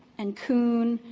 and koon,